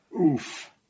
Oof